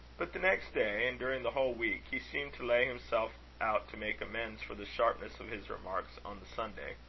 but the next day, and during the whole week, he seemed to lay himself out to make amends for the sharpness of his remarks on the sunday.